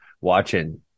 watching